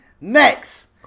Next